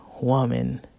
woman